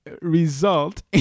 result